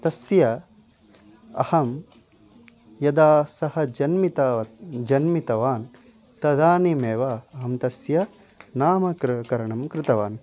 तस्य अहं यदा सः जनितवान् जनितवान् तदानीम् एव अहं तस्य नामकरणं करणं कृतवान्